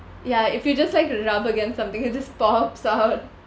ya if you just like rub against something it just pops out